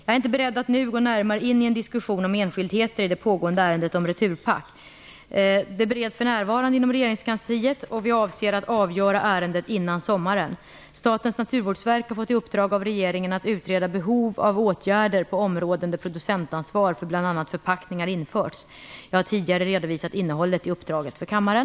Jag är inte beredd att nu gå närmare in i en diskussion om enskildheter i det pågående ärendet om Returpack. Det bereds för närvarande inom regeringskansliet, och vi avser att avgöra ärendet innan sommaren. Statens naturvårdsverk har fått i uppdrag av regeringen att utreda behov av åtgärder på områden där producentansvar för bl.a. förpackningar införts. Jag har tidigare redovisat innehållet i uppdraget för kammaren.